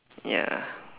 ya